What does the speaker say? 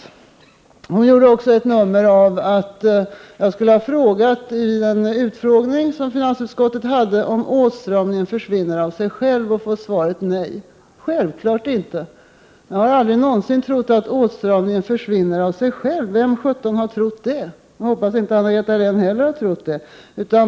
Anna-Greta Leijon gjorde också ett nummer av att jag i den utfrågning som finansutskottet anordnade skulle ha frågat om obalansen försvinner av sig själv och att jag på den frågan skulle ha fått svaret: Nej. — Självfallet inte. Jag har aldrig någonsin trott att obalansen försvinner av sig själv. Vem har trott det? Jag hoppas att inte heller Anna-Greta Leijon har trott det.